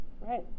Right